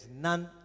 none